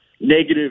negative